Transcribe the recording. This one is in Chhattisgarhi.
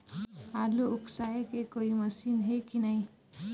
आलू उसकाय के कोई मशीन हे कि नी?